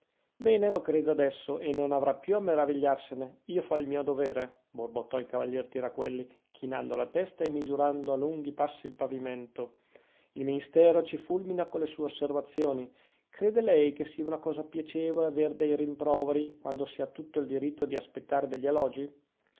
bene lo creda adesso e non avrà più a maravigliarsene io fo il mio dovere borbottò il cavaliere tiraquelli chinando la testa e misurando a lunghi passi il pavimento il ministero ci fulmina con le sue osservazioni crede lei che sia una cosa piacevole aver dei rimproveri quando si ha tutto il diritto di aspettare degli elogi